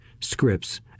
scripts